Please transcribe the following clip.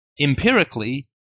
empirically